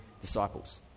disciples